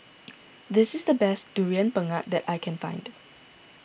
this is the best Durian Pengat that I can find